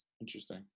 Interesting